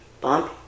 bump